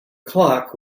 clock